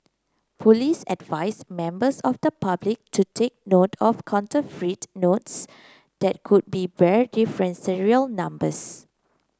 police advised members of the public to take note of counterfeit notes that could be bear different serial numbers